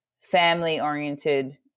family-oriented